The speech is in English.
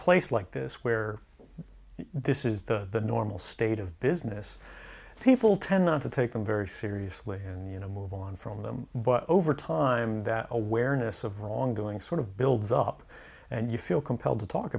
place like this where this is the normal state of business people tend not to take them very seriously and you know move on from them but over time that awareness of wrongdoing sort of builds up and you feel compelled to talk